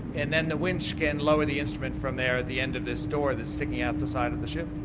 and then the winch can lower the instrument from there at the end of this door that's sticking out the side of the ship.